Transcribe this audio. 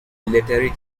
military